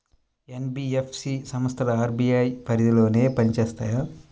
NBFC సంస్థలు RBI పరిధిలోనే పని చేస్తాయా?